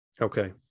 okay